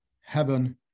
heaven